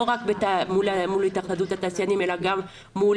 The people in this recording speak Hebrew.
לא רק מול התאחדות התעשיינים אלא גם מול